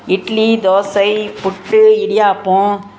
idli dosa puttu idiyappam